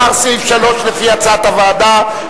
אושר סעיף 3 לפי הצעת הוועדה,